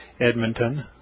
Edmonton